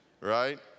right